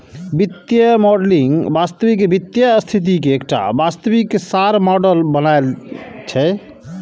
वित्तीय मॉडलिंग वास्तविक वित्तीय स्थिति के एकटा वास्तविक सार मॉडल बनेनाय छियै